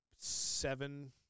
seven